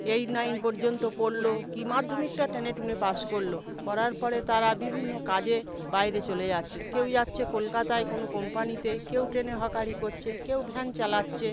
eight nine পর্যন্ত পড়ল কী মাধ্যমিকটা টেনে টুনে পাস করল করার পরে তারা বিভিন্ন কাজে বাইরে চলে যাচ্ছে কেউ যাচ্ছে কলকাতায় কোনো কোম্পানিতে কেউ ট্রেনে হকারি করছে কেউ ভ্যান চালাচ্ছে